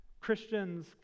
Christians